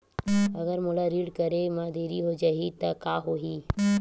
अगर मोला ऋण करे म देरी हो जाहि त का होही?